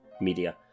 media